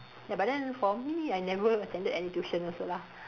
ya but then for me I never attended any tuition also lah